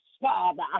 Father